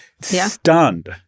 stunned